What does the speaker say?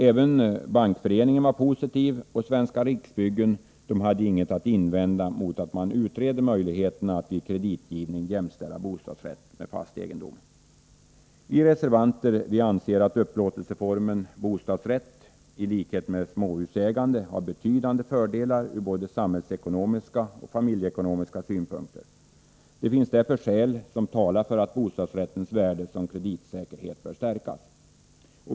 Även Svenska bankföreningen var positiv, och Svenska Riksbyggen hade inget att invända mot att man utreder möjligheterna att vid kreditgivning jämställa bostadsrätt med fast egendom. Vi reservanter anser att upplåtelseformen bostadsrätt i likhet med småhusägandet har betydande fördelar från både samhällsekonomiska och familjeekonomiska synpunkter. Det finns därför skäl som talar för att bostadsrättens värde som kreditsäkerhet bör stärkas.